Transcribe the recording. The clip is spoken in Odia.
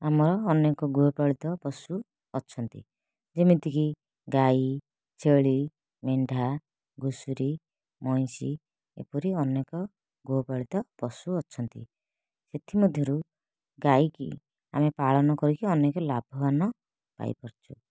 ଆମର ଅନେକ ଗୃହପାଳିତ ପଶୁ ଅଛନ୍ତି ଯେମିତିକି ଗାଈ ଛେଳି ମେଣ୍ଢା ଘୁଷୁରୀ ମଇଁଷି ଏପରି ଅନେକ ଗୃହପାଳିତ ପଶୁ ଅଛନ୍ତି ସେଥିମଧ୍ୟରୁ ଗାଈକି ଆମେ ପାଳନ କରିକି ଅନେକ ଲାଭବାନ ପାଇ ପାରୁଛୁ